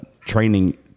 training